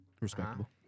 Respectable